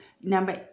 number